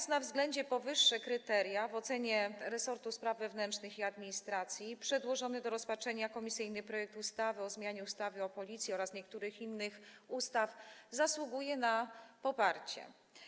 Ze względu na powyższe kryteria w ocenie resortu spraw wewnętrznych i administracji przedłożony do rozpatrzenia komisyjny projekt ustawy o zmianie ustawy o Policji oraz niektórych innych ustaw zasługuje na poparcie.